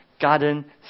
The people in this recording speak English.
garden